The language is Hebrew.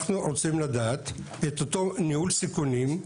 אנחנו רוצים לדעת את אותו ניהול סיכונים,